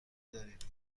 دارید